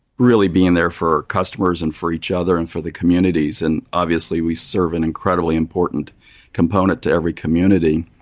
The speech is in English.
really being there for customers and for each other and for the communities. and, obviously, we serve an incredibly important component to every community.